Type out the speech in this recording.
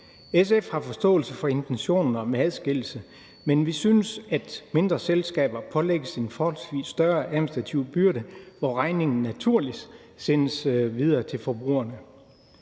SF har forståelse for intentionen om adskillelse, men vi synes, at mindre selskaber pålægges en forholdsvis større administrativ byrde, hvor regningen naturligt sendes videre til forbrugerne.